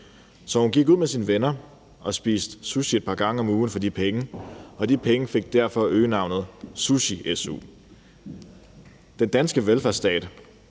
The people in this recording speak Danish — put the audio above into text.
Så hun gik ud med sine venner og spiste sushi et par gange om ugen for de penge, og de penge fik derfor øgenavnet sushi-su. Den danske velfærdsstat